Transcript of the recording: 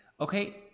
Okay